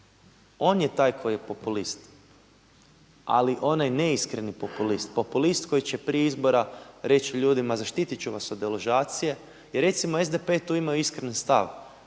on je taj koji je populist, ali onaj neiskreni populist, populist koji će prije izbora reći ljudima zaštitit ću vas od deložacije. Jer recimo SDP je tu imao iskreni stav,